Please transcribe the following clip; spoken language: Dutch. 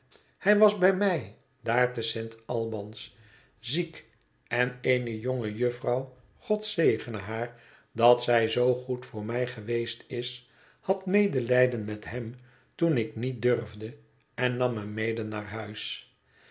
hij was bij mij daar te saint albans ziek en eene jonge jufvrouw god zegene haar dat zij zoo goed voor mij geweest is had medelijden met hem toen ik niet durfde en nam hem mede naar huis